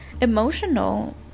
emotional